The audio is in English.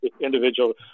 individual